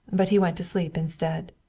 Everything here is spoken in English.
but he went to sleep instead.